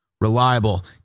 reliable